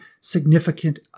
significant